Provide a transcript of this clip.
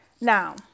Now